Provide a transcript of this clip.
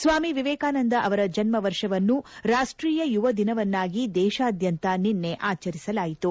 ಸ್ವಾಮಿ ವಿವೇಕಾನಂದ ಅವರ ಜನ್ನ ವರ್ಷವನ್ನು ರಾಷ್ಟೀಯ ಯುವದಿನವನ್ನಾಗಿ ದೇಶಾದ್ಯಂತ ನಿನ್ನೆ ಆಚರಿಸಲಾಯಿತು